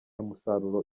musaruro